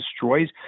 destroys